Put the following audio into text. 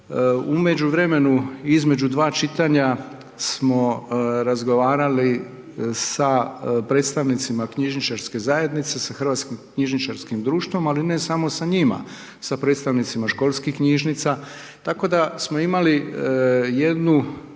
U međuvremenu između 2 čitanja smo razgovarali sa predstavnicima knjižničarske zajednice, sa Hrvatskim knjižničarskim društvom, ali ne samo s njima, sa predstavnicima školskih knjižnica, tako da smo imali jednu